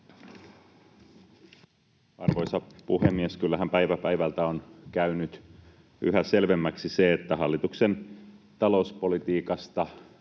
Arvoisa puhemies! Kyllähän päivä päivältä on käynyt yhä selvemmäksi se, että hallituksen talouspolitiikasta